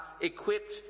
equipped